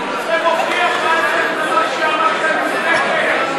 זה מוכיח ההפך ממה שאמרת לפני כן.